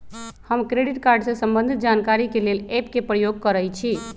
हम credit card से संबंधित जानकारी के लेल एप के प्रयोग करइछि